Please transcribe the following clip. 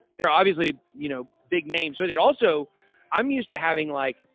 they're obviously, you know, big names, but it also i'm used to having like,